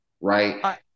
right